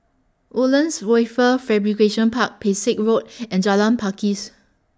Woodlands Wafer Fabrication Park Pesek Road and Jalan Pakis